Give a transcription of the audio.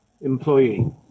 employee